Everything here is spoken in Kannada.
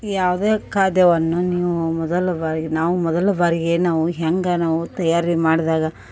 ಯಾವುದೇ ಖಾದ್ಯವನ್ನು ನೀವು ಮೊದಲ ಬಾರಿಗೆ ನಾವು ಮೊದಲ ಬಾರಿಗೆ ನಾವು ಹೇಗೆ ನಾವು ತಯಾರಿ ಮಾಡಿದಾಗ